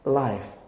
life